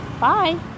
Bye